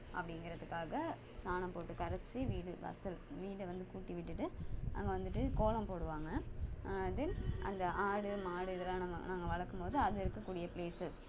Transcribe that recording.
அப்படிங்கிறதுக்காக சாணம் போட்டு கரைச்சி வீடு வாசல் வீட வந்து கூட்டி விட்டுவிட்டு அங்கே வந்துட்டு கோலம் போடுவாங்க தென் அந்த ஆடு மாடு இதெல்லாம் நம்ம நாங்கள் வளர்க்கும் போது அது இருக்கக்கூடிய ப்ளேஸஸ்